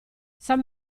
san